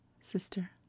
Sister